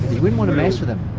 wouldn't want to mess with him.